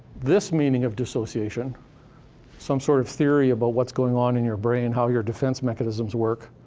this meaning of dissociation some sort of theory about what's going on in your brain, how your defense mechanisms work,